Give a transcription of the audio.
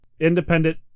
Independent